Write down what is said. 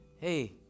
hey